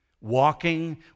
walking